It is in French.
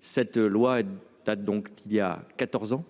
Cette loi date donc il y a 14 ans.